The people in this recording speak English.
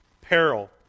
Peril